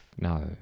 No